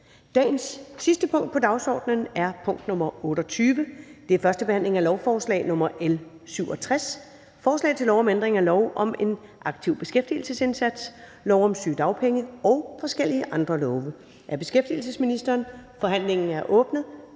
Det sidste punkt på dagsordenen er: 28) 1. behandling af lovforslag nr. L 67: Forslag til lov om ændring af lov om en aktiv beskæftigelsesindsats, lov om sygedagpenge og forskellige andre love. (En styrket og forenklet ungeindsats